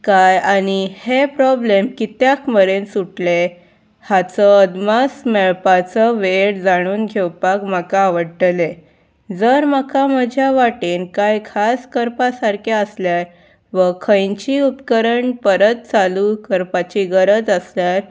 कायां आनी हे प्रॉब्लेम कित्याक मेरेन सुटले हाचो अदमास मेळपाचो वेळ जाणून घेवपाक म्हाका आवडटलें जर म्हाका म्हज्या वाटेन कांय खास करपा सारकें आसल्यार वा खंयचीय उपकरण परत चालू करपाची गरज आसल्यार